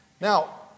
Now